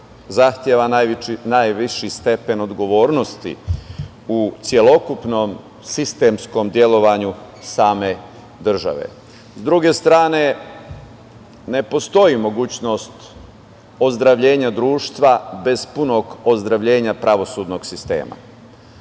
zahteva najviši stepen odgovornosti u celokupnom sistemskom delovanju same države.S druge strane, ne postoji mogućnost ozdravljenja društva bez punog ozdravljenja pravosudnog sistema.